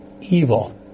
evil